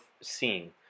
seeing